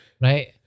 right